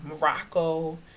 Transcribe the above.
Morocco